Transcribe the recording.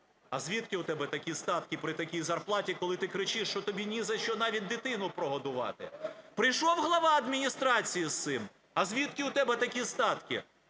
А звідки у тебе такі статки при такій зарплаті, коли ти кричиш, що тобі нізащо навіть дитину прогодувати? Прийшов глава адміністрації з цим. А звідки у тебе такі статки?